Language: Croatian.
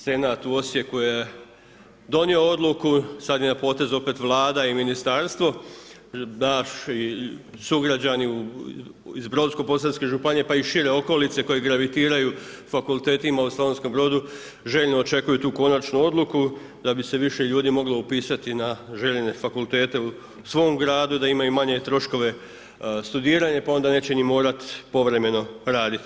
Senat u Osijeku je donio odluku, sada je na potezu opet vlada i ministarstvo, daš sugrađana, iz Brodsko posavske županije pa i šire okolice koji gravitiraju fakultetima u Slavonskom Brodu željno očekuju tu konačnu odluku, da bi se više ljudi moglo upisati na željene fakultete u svom gradu, da imaju manje troškove studiranja, pa onda neće ni morati povremeno raditi.